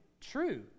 true